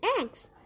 eggs